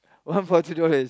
one for two dollars